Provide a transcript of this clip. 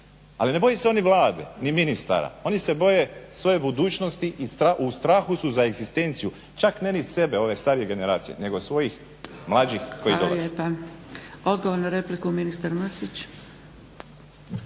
Ali ne boje se oni Vlade, ni ministara. Oni se boje svoje budućnosti i u strahu su za egzistenciju. Čak ni ne sebe, ove starije generacije nego svojih mlađih koji dolaze. **Zgrebec, Dragica (SDP)** Hvala lijepa. Odgovor na repliku ministar Mrsić.